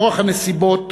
כורח הנסיבות,